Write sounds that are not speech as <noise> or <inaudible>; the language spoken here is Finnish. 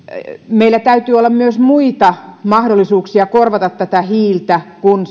meillä täytyy olla myös muita mahdollisuuksia korvata hiiltä kuin <unintelligible>